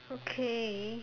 okay